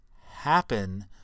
happen